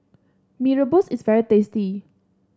Mee Rebus is very tasty